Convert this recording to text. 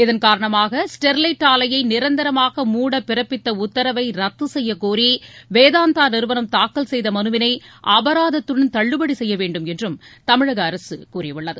இதள் காரணமாக ஸ்டெர்லைட் ஆலையை நிரந்தரமாக மூட பிறப்பித்த உத்தரவை ரத்து செய்ய கோரி வேதாந்தா நிறுவனம் தாக்கல் செய்த மலுவினை அபராததத்துடன் தள்ளுபடி செய்யவேண்டும் என்றும் தமிழக அரசு கூறியுள்ளது